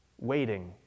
waiting